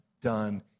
done